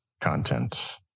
content